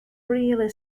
really